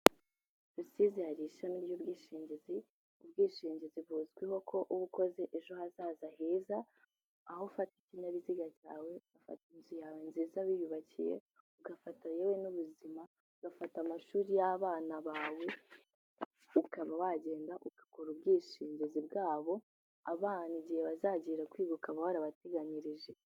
Rusizi hari ishami ry'ubwishingizi. Ubwishingizi buzwiho ko uba ukoze ejo hazaza heza, aho ufata ikinyabiziga cyawe, ufata inzu yawe nziza wiyubakiye, ugafata yewe n'ubuzima, ugafata amashuri y'abana bawe. Ukaba wagenda ugakora ubwishingizi bwabo, abana igihe bazagira kwiga ukaba warabateganyirije.